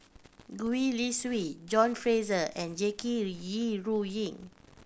Gwee Li Sui John Fraser and Jackie Yi Ru Ying